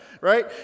right